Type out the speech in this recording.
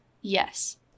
Yes